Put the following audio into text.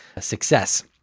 success